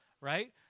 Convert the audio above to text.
right